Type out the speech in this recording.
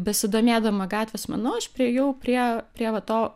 besidomėdama gatvės menu aš priėjau prie prie va to